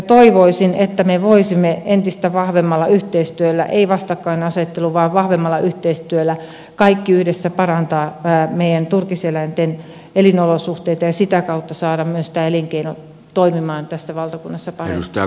toivoisin että me voisimme entistä vahvemmalla yhteistyöllä ei vastakkainasettelulla vaan vahvemmalla yhteistyöllä kaikki yhdessä parantaa meidän turkiseläinten elinolosuhteita ja sitä kautta saada myös tämän elinkeinon toimimaan tässä valtakunnassa paremmin